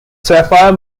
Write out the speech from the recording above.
sapphire